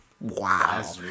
Wow